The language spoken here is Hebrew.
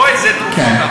לא אמרתי איזה תרופות.